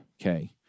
Okay